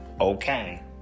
okay